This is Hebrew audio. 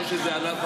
כמו שזה עלה בפניך,